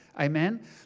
Amen